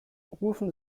rufen